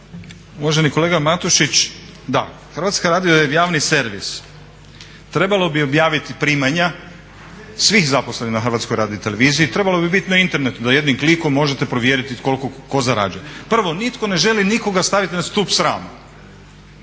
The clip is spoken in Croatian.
Uvaženi kolega Matušić, da, Hrvatska radio je javni servis. Trebalo bi objaviti primanja svih zaposlenih na Hrvatskoj radioteleviziji, trebalo bi biti na internetu da jednim klikom možete provjeriti koliko tko zarađuje. Prvo, nitko ne želi nikoga staviti na stup srama.